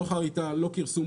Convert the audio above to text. לא חריטה, לא כרסום.